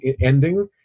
ending